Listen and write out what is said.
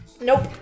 Nope